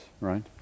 right